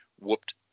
whooped